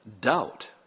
doubt